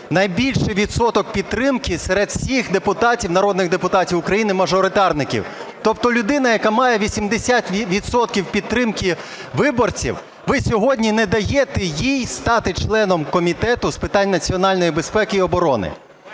найбільший відсоток підтримки серед всіх депутатів, народних депутатів України мажоритарників. Тобто людина, яка має 80 відсотків підтримки виборців, ви сьогодні не даєте їй стати членом Комітету з питань національної безпеки і оборони.